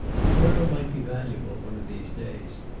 the girl might be valuable one of these days.